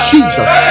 Jesus